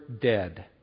dead